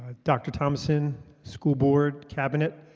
ah dr. thompson school board cabinet,